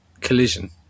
Collision